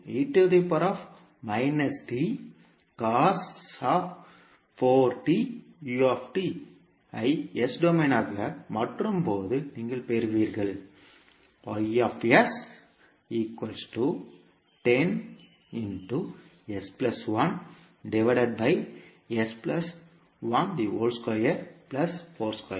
நீங்கள் I S டொமைனாக மாற்றும்போது நீங்கள் பெறுவீர்கள் இங்கே ω 4